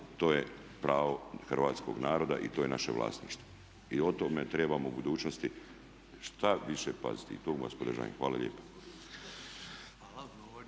to je pravo hrvatskog naroda i to je naše vlasništvo. I o tome trebamo u budućnosti šta više paziti i tu vas podržajem. Hvala lijepa.